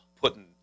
putting